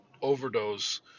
overdose